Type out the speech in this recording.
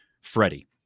Freddie